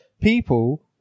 People